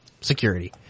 security